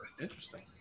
Interesting